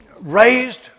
raised